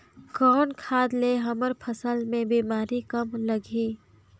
कौन खाद ले हमर फसल मे बीमारी कम लगही?